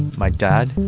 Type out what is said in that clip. my dad,